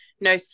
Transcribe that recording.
no